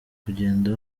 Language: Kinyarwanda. kugenda